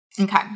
Okay